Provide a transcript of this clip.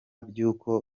by’uko